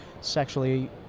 sexually